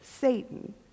satan